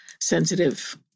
sensitive